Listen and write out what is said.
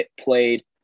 played